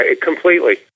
completely